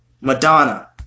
Madonna